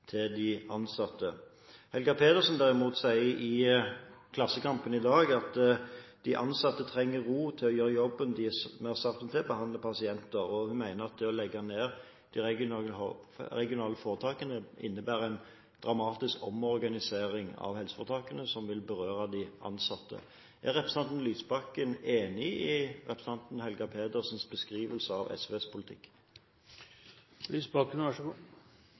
de ansatte. Helga Pedersen, derimot, sier i Klassekampen i dag at de «ansatte trenger ro til å gjøre jobben vi har satt dem til: behandle pasienter», og hun mener at det å legge ned de regionale foretakene vil innebære en dramatisk omorganisering av helseforetakene, som vil berøre de ansatte. Er representanten Lysbakken enig i representanten Helga Pedersens beskrivelse av SVs